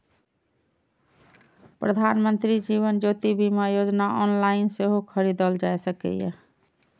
प्रधानमंत्री जीवन ज्योति बीमा योजना ऑनलाइन सेहो खरीदल जा सकैए